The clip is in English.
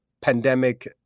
pandemic